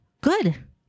Good